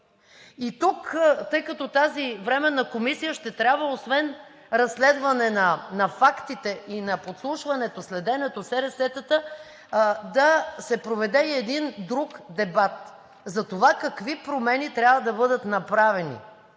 И тук, тъй като тази временна комисия ще трябва освен разследване на фактите и на подслушването, следенето, СРС-тата, да се проведе и един друг дебат – затова какви промени трябва да бъдат направени,